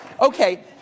Okay